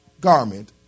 garment